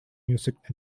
music